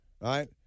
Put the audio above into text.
right